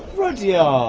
rudyard! yeah